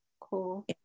cool